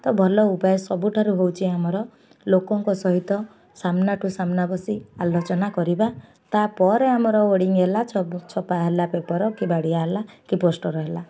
ତ ଭଲ ଉପାୟ ସବୁଠାରୁ ହେଉଛି ଆମର ଲୋକଙ୍କ ସହିତ ସାମ୍ନା ଟୁ ସାମ୍ନା ବସି ଆଲୋଚନା କରିବା ତା'ପରେ ଆମର ହେଲା କି ଛପା ହେଲା ପେପର୍ କି ବାଡ଼ିଆ ହେଲା କି ପୋଷ୍ଟର୍ ହେଲା